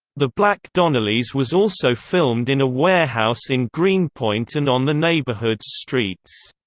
the black donnellys was also filmed in a warehouse in greenpoint and on the neighborhood's streets.